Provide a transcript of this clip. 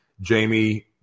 Jamie